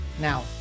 Now